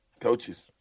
Coaches